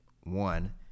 one